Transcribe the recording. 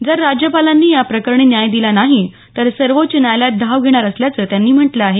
जर राज्यपालांनी या प्रकरणी न्याय दिला नाही तर सर्वोच्च न्यायालयात धाव घेणार असल्याचं त्यांनी म्हटलं आहे